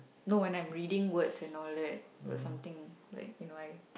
no when I'm reading words and all that it was something like you know I